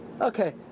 okay